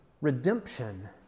redemption